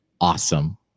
awesome